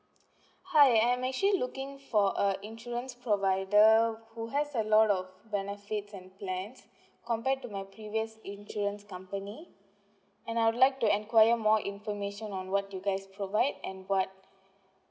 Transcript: hi I'm actually looking for a insurance provider who has a lot of benefits and plans compared to my previous insurance company and I would like to acquire more information on what you guys provide and what